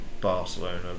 Barcelona